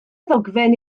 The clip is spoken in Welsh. ddogfen